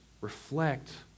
reflect